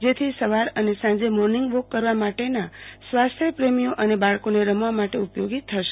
જેથી સવાર અને સાંજે મોર્નિંગ વોક કરવા માટેના સ્વાસ્થય પ્રેમીઓ અને બાળકોને રમવા માટે ઉપયોગી થશે